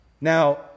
Now